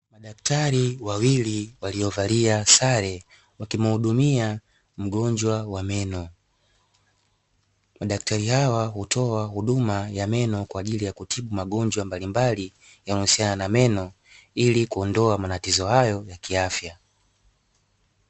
Madaktari wawili waliovalia sare wakimuhudumia mgonjwa wa meno, madaktari hao hutoa huduma ya meno kwa ajili ya kutibu magonjwa mbalimbali yanayohusiana na meno, ili kuondoa matatizo hayo ya kiafya.